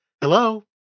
Hello